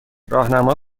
راهنما